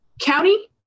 County